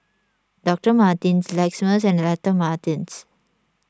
Doctor Martens Lexus and Doctor Martens